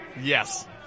Yes